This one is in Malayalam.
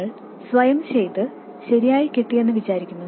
നിങ്ങൾ സ്വയം ചെയ്ത് ശരിയായി കിട്ടിയെന്നു വിചാരിക്കുന്നു